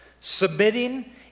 Submitting